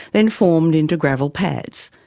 then formed into gravel pads.